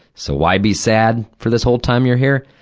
so why be sad for this whole time you're here?